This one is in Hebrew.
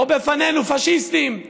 או בפנינו "פאשיסטים";